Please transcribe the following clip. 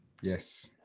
Yes